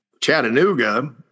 Chattanooga